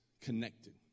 connected